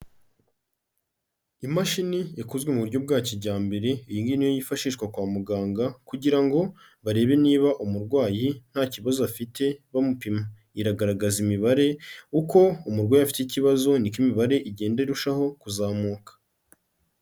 Imashini yakozwe mu buryo bwa kijyambere, iyi ngiyi ni yo yifashishwa kwa muganga kugira ngo barebe niba umurwayi nta kibazo afite bamupima, iragaragaza imibare, uko umurwayi afite ikibazo ni ko imibare igenda irushaho kuzamuka.